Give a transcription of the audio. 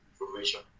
information